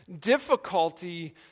difficulty